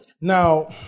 Now